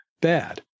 bad